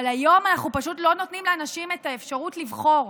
אבל היום אנחנו פשוט לא נותנים לאנשים את האפשרות לבחור.